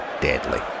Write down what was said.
deadly